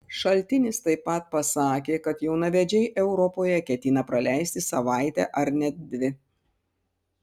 šaltinis taip pat pasakė kad jaunavedžiai europoje ketina praleisti savaitę ar net dvi